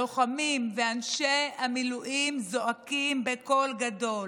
הלוחמים ואנשי המילואים זועקים בקול גדול.